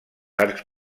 arcs